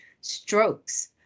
strokes